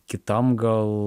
kitam gal